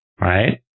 Right